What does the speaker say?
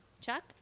Chuck